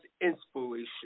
inspiration